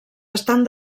estan